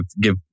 give